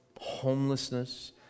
homelessness